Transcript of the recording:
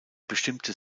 bestimmte